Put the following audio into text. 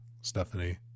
Stephanie